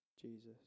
Jesus